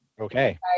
Okay